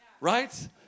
Right